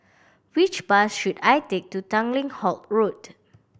which bus should I take to Tanglin Halt Road